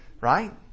Right